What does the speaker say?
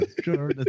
sure